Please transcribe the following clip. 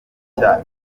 cya